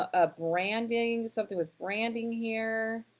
a branding, something with branding here.